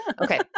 Okay